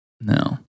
No